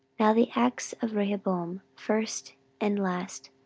now the acts of rehoboam, first and last,